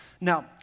Now